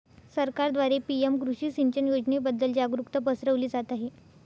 सरकारद्वारे पी.एम कृषी सिंचन योजनेबद्दल जागरुकता पसरवली जात आहे